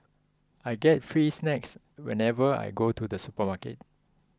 I get free snacks whenever I go to the supermarket